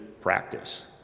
practice